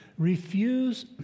Refuse